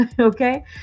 okay